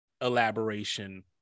elaboration